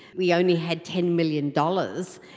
we only had ten million dollars,